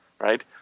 right